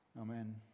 amen